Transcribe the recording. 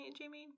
Jamie